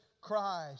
Christ